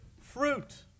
fruit